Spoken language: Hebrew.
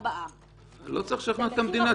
לארבע שנים -- את לא צריכה לשכנע את המדינה,